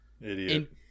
Idiot